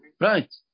Right